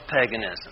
paganism